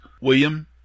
William